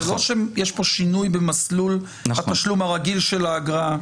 זה לא שיש פה שינוי במסלול התשלום הרגיל של האגרה.